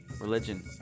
religion